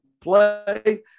play